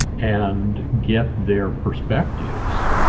and get their perspectives.